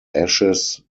ashes